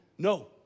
No